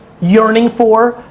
yearning for,